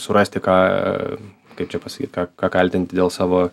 surasti ką kaip čia pasakyt ką ką kaltinti dėl savo